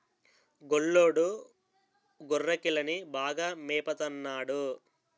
గొల్లోడు గొర్రెకిలని బాగా మేపత న్నాడు